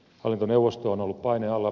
hallintoneuvosto on ollut paineen alla